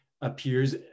appears